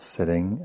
Sitting